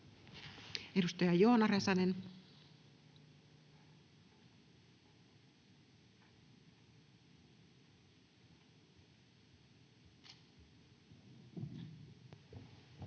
Edustaja Joona Räsänen. Arvoisa